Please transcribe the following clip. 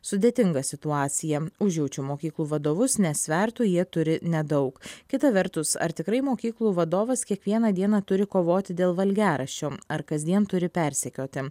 sudėtinga situacija užjaučiu mokyklų vadovus nes svertų jie turi nedaug kita vertus ar tikrai mokyklų vadovas kiekvieną dieną turi kovoti dėl valgiaraščio ar kasdien turi persekioti